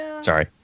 Sorry